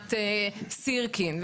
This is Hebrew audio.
מבחינת סירקין,